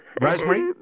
Rosemary